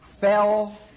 fell